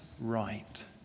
right